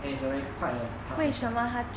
and it's already quite a tough hand job